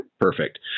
Perfect